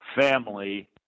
family